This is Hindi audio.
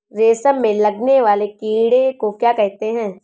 रेशम में लगने वाले कीड़े को क्या कहते हैं?